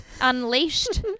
unleashed